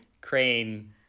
Crane